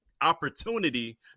opportunity